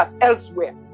elsewhere